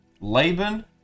Laban